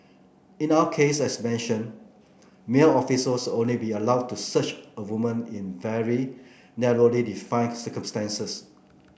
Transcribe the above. in our case as mentioned male officers will only be allowed to search a woman in very narrowly defined circumstances